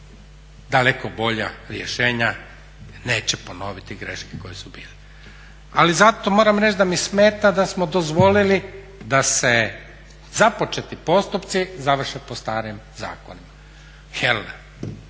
daleko bolja rješenja neće ponoviti greške koje su bile. Ali zato moram reći da mi smeta da smo dozvolili da se započeti postupci završe po starim zakonima,